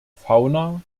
fauna